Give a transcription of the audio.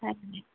ଆଚ୍ଛା